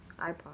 iPod